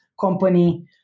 company